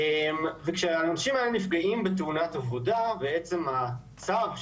וכשהאנשים האלה נפגעים בתאונת עבודה בעצם הצו,